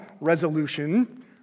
resolution